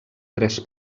tres